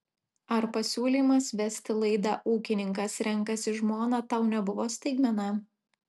ar pasiūlymas vesti laidą ūkininkas renkasi žmoną tau nebuvo staigmena